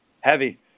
Heavy